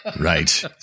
Right